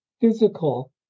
physical